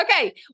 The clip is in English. okay